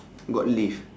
got lift